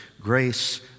grace